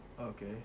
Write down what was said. Okay